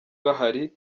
bahari